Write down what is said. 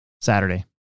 Saturday